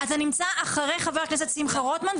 אתה אחרי חבר הכנסת שמחה רוטמן,